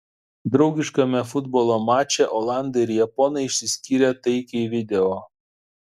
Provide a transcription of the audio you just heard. draugiškame futbolo mače olandai ir japonai išsiskyrė taikiai video